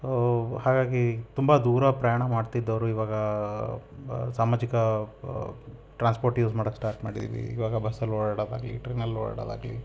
ಹಾಗಾಗಿ ತುಂಬ ದೂರ ಪ್ರಯಾಣ ಮಾಡ್ತಿದ್ದವರು ಇವಾಗ ಸಾಮಾಜಿಕ ಟ್ರಾನ್ಸ್ಪೋರ್ಟ್ ಯೂಸ್ ಮಾಡಕ್ಕೆ ಸ್ಟಾರ್ಟ್ ಮಾಡಿದ್ದೀವಿ ಇವಾಗ ಬಸ್ಸಲ್ಲಿ ಓಡಾಡೋದಾಗಲಿ ಟ್ರೈನಲ್ಲಿ ಓಡಾಡೋದಾಗಲಿ